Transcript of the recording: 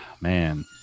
man